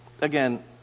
Again